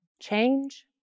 change